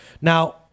Now